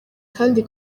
kandi